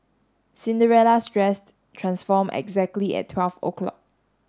Cinderella's dress transformed exactly at twelve o'clock